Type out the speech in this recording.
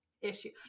issue